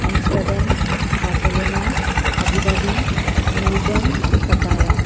Amsterdam Barcelona Abu Dhabi Melbourne Pattaya